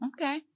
Okay